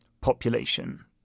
population